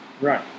Right